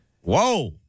Whoa